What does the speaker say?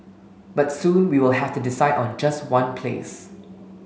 but soon we will have to decide on just one place